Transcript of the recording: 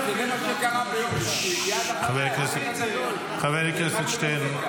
זה מה שגרם ביום שישי --- חבר הכנסת שטרן,